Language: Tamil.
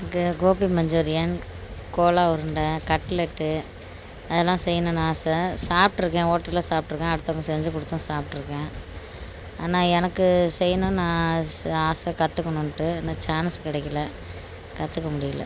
இங்கே கோபி மஞ்சுரியன் கோலா உருண்டை கட்லட்டு அதெல்லாம் செய்யனுன்னு ஆசை சாப்பிட்டுருக்கேன் ஹோட்டலில் சாப்பிட்ருக்கேன் அடுத்தவங்க செஞ்சு கொடுத்தும் சாப்பிட்டுருக்கேன் ஆனால் எனக்கு செய்யனுன்னு ஆஸ் ஆசை கற்றுக்குனுன்ட்டு இன்னும் சான்ஸ் கிடைக்கல கற்றுக்க முடியல